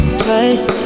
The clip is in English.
twice